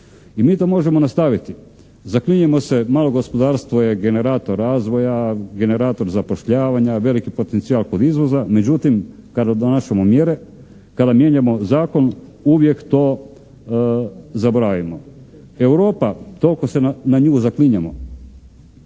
i mi to možemo nastaviti. Zaklinjemo se malo gospodarstvo je generator razvoja, generator zapošljavanja, veliki potencijal kod izvoza, međutim kada donašamo mjere, kada mijenjamo zakon uvijek to zaboravimo. Europa, toliko se na nju zaklinjemo,